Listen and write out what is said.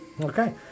okay